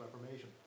reformation